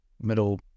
middle